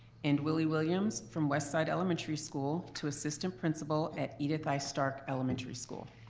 and willie williams from west side elementary school to assistant principal at edith i. starke elementary school.